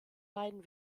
beiden